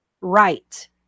right